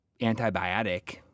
antibiotic